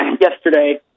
yesterday